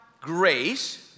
grace